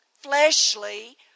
fleshly